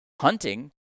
hunting